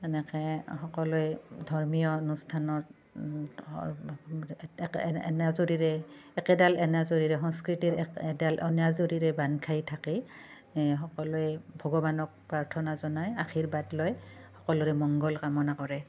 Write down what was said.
এনেকৈ সকলোৱে ধৰ্মীয় অনুষ্ঠানত ধৰ্ একে এনাজৰীৰে একেডাল এনাজৰীৰে সংস্কৃতিৰ একেডাল এনাজৰীৰে বান্ধ খাই থাকে সকলোৱে ভগৱানক প্ৰাৰ্থনা জনাই আশীৰ্বাদ লয় সকলোৰে মংগল কামনা কৰে